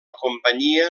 companyia